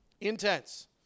Intense